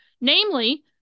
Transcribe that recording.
Namely